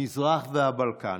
המזרח והבלקן.